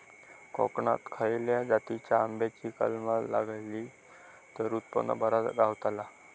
कोकणात खसल्या जातीच्या आंब्याची कलमा लायली तर उत्पन बरा गावताला?